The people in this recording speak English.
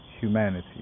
humanity